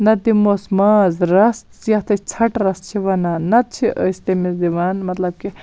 نَتہٕ دِمہوس ماز رَس یتھ أسۍ ژھَٹہٕ رَس چھِ وَنان نَتہٕ چھِ أسۍ تٔمِس دِوان مَطلَب کہِ